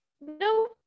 No